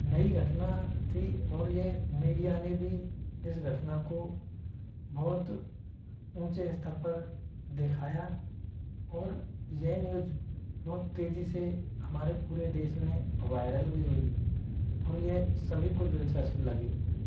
नई घटना थी और यह मीडिया ने भी इस घटना को बहुत ऊँचे स्तर पर दिखाया और यह न्यूज़ बहुत तेजी से हमारे पूरे देश में वायरल भी हुई और यह सभी को दिलचस्प लगी